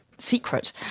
secret